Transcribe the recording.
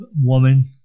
woman